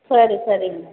ಸರಿ ಸರಿ ಮೇಡಮ್